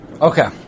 Okay